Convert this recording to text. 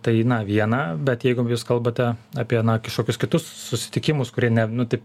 tai na viena bet jeigu jūs kalbate apie na kažkokius kitus susitikimus kurie ne taip